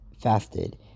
fasted